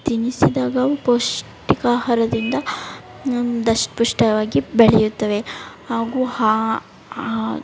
ತಿನಿಸಿದಾಗ ಪೌಷ್ಟಿಕ ಆಹಾರದಿಂದ ದಷ್ಟ ಪುಷ್ಟವಾಗಿ ಬೆಳೆಯುತ್ತವೆ ಹಾಗೂ ಹಾ